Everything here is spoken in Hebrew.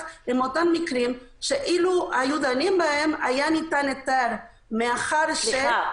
יש אותם מקרים שאילו דנים בהם היה ניתן היתר מאחר --- סליחה,